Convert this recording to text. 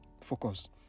focus